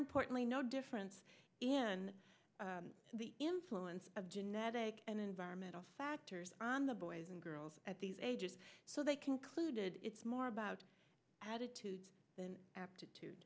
importantly no difference in the influence of genetic and environmental factors on the boys and girls at these ages so they concluded it's more about attitude than aptitude